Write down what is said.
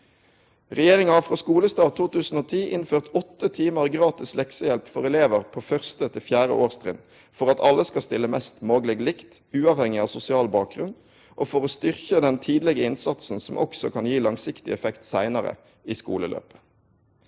Regjeringa har frå skolestart 2010 innført 8 timar gratis leksehjelp for elevar på 1.–4. årstrinn for at alle skal stille mest mogleg likt uavhengig av sosial bakgrunn, og for å styrkje den tidlege innsatsen som også kan gi langsiktig effekt seinare i skoleløpet.